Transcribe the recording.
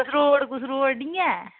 कसरोड़ कुसरोड़ निं ऐ